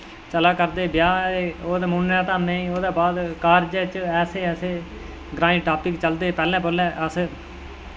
चला करदे ब्याह् मुनने दी धामां गी ओह्दै बाद कारजै च ऐसे ऐसे ग्रांईं टापिक चलदे पैह्लैं पैह्लैं अस